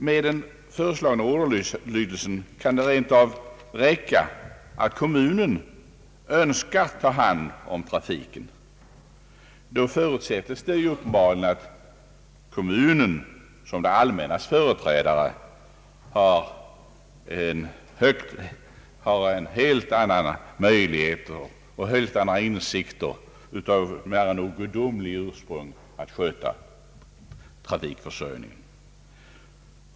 Med den föreslagna ordalydelsen kan det rent av räcka att kommunen önskar ta hand om trafiken. Då förutsättes det uppenbarligen att kommunen som det allmännas företrädare har helt andra möjligheter och helt andra insikter av nära nog gudomligt ursprung att sköta trafikförsörjningen.